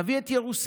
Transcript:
נביא את ירוסלם,